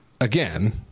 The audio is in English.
Again